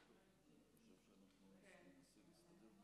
ברשות יושב-ראש